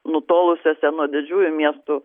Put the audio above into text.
nutolusiuose nuo didžiųjų miestų